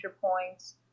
points